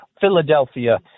Philadelphia